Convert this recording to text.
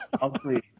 ugly